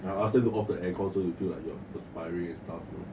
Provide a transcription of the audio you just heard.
I'll ask them to off the aircon so you feel like you're perspiring and stuff